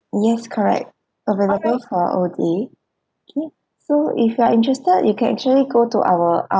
yes correct available for all day okay so if you are interested you can actually go to our